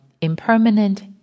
impermanent